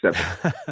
seven